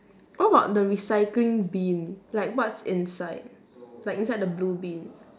what about the recycling bin like what's inside like inside the blue bin